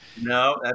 No